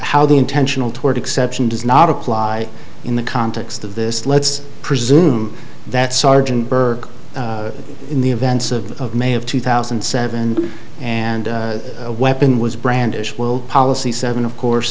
how the intentional toward exception does not apply in the context of this let's presume that sergeant burke in the events of may have two thousand and seven and a weapon was brandish well policy seven of course